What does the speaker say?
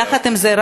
יחד עם זה,